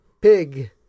pig